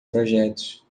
projetos